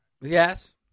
Yes